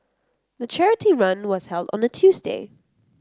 the charity run was held on a Tuesday